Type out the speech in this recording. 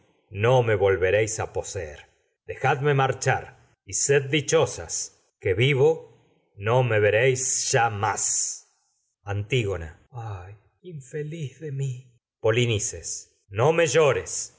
y vivo volveréis a poseer dejadme marchar me sed dichosas que vivo no veréis ya más antígona polinices ay infeliz de mi no me llores